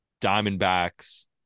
Diamondbacks